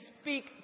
speak